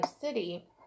city